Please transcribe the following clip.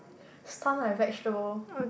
stun like vegetable